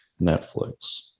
netflix